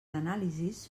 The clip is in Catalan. anàlisis